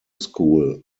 school